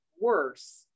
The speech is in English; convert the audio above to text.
worse